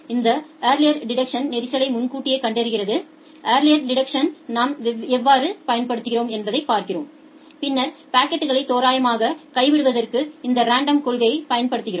இந்த early detection நெரிசலை முன்கூட்டியே கண்டறிவது ஏர்லி டிடெக்ஷனை நாம் எவ்வாறு பயன்படுத்துகிறோம் என்பதைப் பார்ப்போம் பின்னர் பாக்கெட்களை தோராயமாக கைவிடுவதற்கு இந்த ரான்டம் கொள்கையைப் பயன்படுத்துகிறோம்